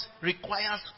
requires